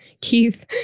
Keith